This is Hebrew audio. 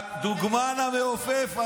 הדוגמן המעופף.